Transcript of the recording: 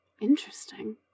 Interesting